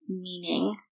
meaning